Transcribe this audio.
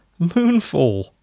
Moonfall